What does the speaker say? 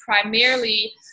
primarily